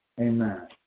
Amen